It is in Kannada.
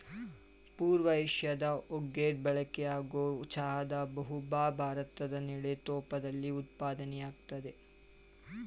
ಪೂರ್ವ ಏಷ್ಯಾದ ಹೊರ್ಗೆ ಬಳಕೆಯಾಗೊ ಚಹಾದ ಬಹುಭಾ ಭಾರದ್ ನೆಡುತೋಪಲ್ಲಿ ಉತ್ಪಾದ್ನೆ ಆಗ್ತದೆ